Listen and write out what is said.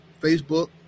Facebook